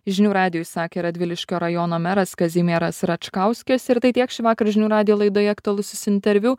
žinių radijui sakė radviliškio rajono meras kazimieras račkauskis ir tai tiek šį vakar žinių radijo laidoje aktualusis interviu